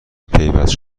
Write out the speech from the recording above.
پیوست